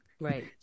Right